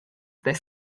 this